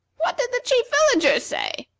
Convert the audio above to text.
what did the chief villager say?